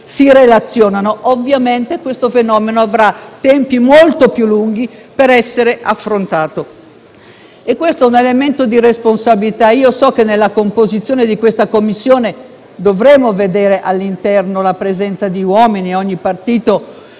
si relazionano, ovviamente il fenomeno necessiterà di tempi molto più lunghi per essere affrontato. Questo è un elemento di responsabilità. So che nella composizione della Commissione dovremo vedere la presenza di uomini; ogni partito